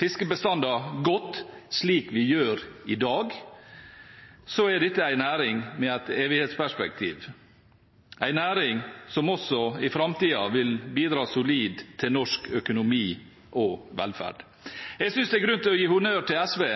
fiskebestander godt, slik vi gjør i dag, er dette en næring med et evighetsperspektiv, en næring som også i framtiden vil bidra solid til norsk økonomi og velferd. Jeg synes det er grunn til å gi honnør til SV